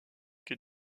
que